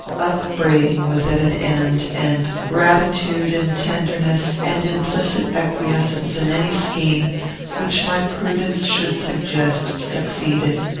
upbraiding was at an end and gratitude, and tenderness, and implicit acquiescence in any scheme which my prudence should suggest, succeeded.